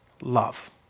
Love